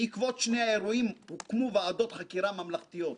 בעקבות שני האירועים הוקמו ועדות חקירה ממלכתיות: